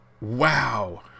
wow